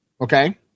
Okay